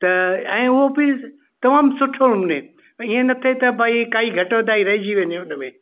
त ऐं उहो बि तमामु सुठो नमूने ईअं न थिए त भई काई घटि वधाई रहिजी वञे हुन में